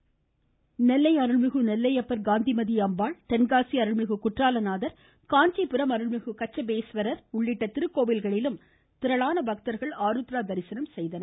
நெல்லையப்பர் அருள்மிகு காந்திமதி அம்பாள் தென்காசி அருள்மிகு குற்றாலநாதர் காஞ்சிபுரம் அருள்மிகு கச்சபேஸ்வரர் உள்ளிட்ட திருக்கோவில்களிலும் திரளான பக்தர்கள் ஆருத்ரா தரிசனம் செய்தனர்